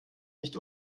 nicht